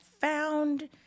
found